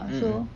mm